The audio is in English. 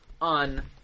on